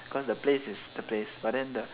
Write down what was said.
cause the place is the place but then the